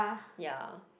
ya